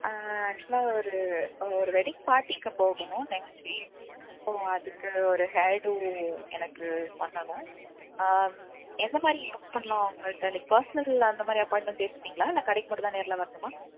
ஆக்சுவலாக ஒரு ஒரு வெட்டிங் பார்ட்டிக்கு போகணும் நெக்ஸ்ட் வீக் ஸோ அதுக்கு ஒரு ஹேர்டூ எனக்கு பண்ணணும் எந்த மாதிரி ஆஃபரெலாம் உங்கள்ட்ட லைக் பர்ஸ்னல் அந்த மாதிரி அப்பாயின்மெண்ட் ஏத்துப்பீங்களா இல்லை கடைக்கு மட்டுந்தான் நேரில் வரணுமா